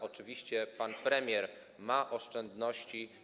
Oczywiście pan premier ma oszczędności.